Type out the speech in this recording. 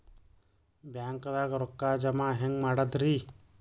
ಬ್ಯಾಂಕ್ದಾಗ ರೊಕ್ಕ ಜಮ ಹೆಂಗ್ ಮಾಡದ್ರಿ?